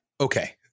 okay